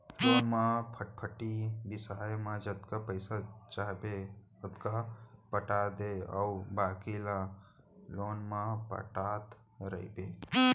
loan म फटफटी बिसाए म जतका पइसा चाहबे ओतका पटा दे अउ बाकी ल लोन म पटात रइबे